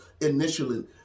initially